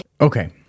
Okay